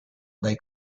dai